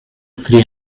three